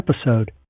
episode